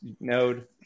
Node